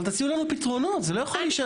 אבל תציעו לנו פתרונות, זה לא יכול להישאר ככה.